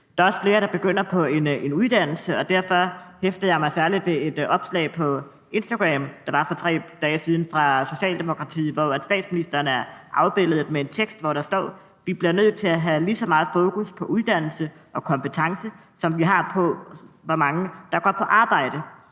Der er også flere, der begynder på en uddannelse, og derfor hæftede jeg mig særlig ved et opslag på Instagram fra Socialdemokratiet for 3 dage siden, hvor statsministeren er afbildet med en tekst, hvor der bl.a. står: »Vi bliver nødt til at have lige så meget fokus på uddannelse og kompetencer, som vi har på, hvor mange der går på arbejde.«